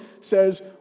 says